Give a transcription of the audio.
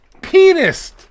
penis